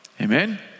Amen